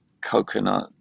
coconut